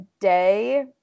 day